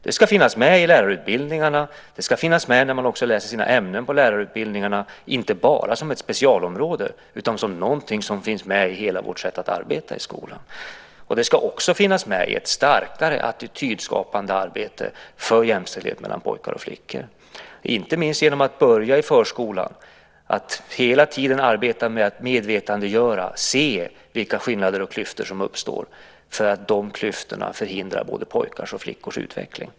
Det ska finnas med i lärarutbildningarna. Det ska finnas med också när man läser sina ämnen på lärarutbildningarna, inte bara som ett specialområde, utan som någonting som finns med i hela vårt sätt att arbeta i skolan. Det ska också finnas med i ett starkare attitydskapande arbete för jämställdhet mellan pojkar och flickor. Inte minst handlar det om att börja i förskolan, om att hela tiden arbeta med att medvetandegöra och se vilka skillnader och klyftor som uppstår. De klyftorna förhindrar nämligen både pojkars och flickors utveckling.